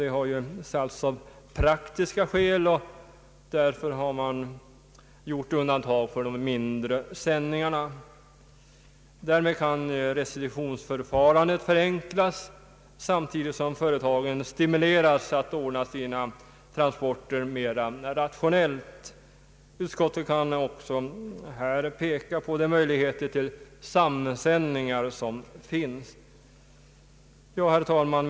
Det är av praktiska skäl man har gjort undantag för de mindre sändningarna. Därmed kan restitutionsförfarandet förenklas, samtidigt som företagen stimuleras att ordna sina transporter mera rationellt. Utskottet framhåller här också de möjligheter till samsändningar som finns. Herr talman!